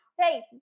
hey